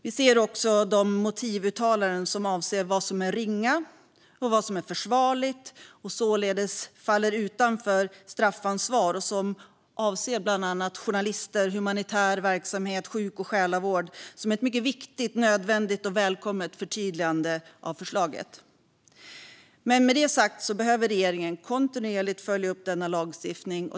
Vi ser också de motivuttalanden avseende vad som är ringa och försvarligt och således faller utanför straffansvaret och som avser bland annat journalister, humanitär verksamhet och sjuk och själavård som ett mycket viktigt, nödvändigt och välkommet förtydligande av förslaget. Regeringen behöver kontinuerligt följa upp denna lagstiftning.